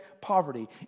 poverty